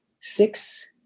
six